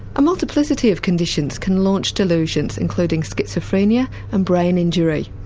a multiplicity of conditions can launch delusions including schizophrenia and brain injury.